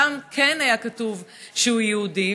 ששם כן היה כתוב שהוא יהודי,